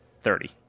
Thirty